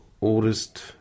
oldest